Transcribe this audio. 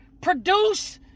produce